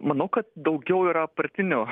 manau kad daugiau yra partinių